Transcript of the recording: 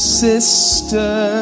sister